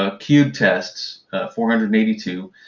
ah queued tests four hundred and eighty two.